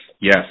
yes